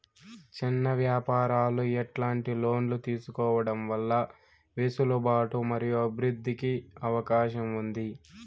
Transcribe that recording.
చిన్న వ్యాపారాలు ఎట్లాంటి లోన్లు తీసుకోవడం వల్ల వెసులుబాటు మరియు అభివృద్ధి కి అవకాశం ఉంది?